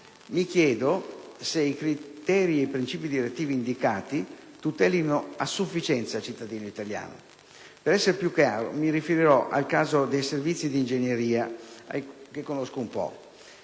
Mi chiedo se i criteri e princìpi direttivi indicati tutelino a sufficienza il cittadino italiano. Per essere più chiaro, mi riferirò al caso dei servizi di ingegneria, che conosco.